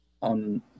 on